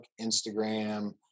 Instagram